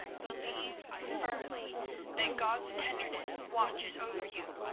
believe firmly that god's tenderness watches over you,